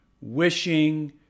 wishing